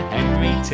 Henry